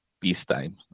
peacetime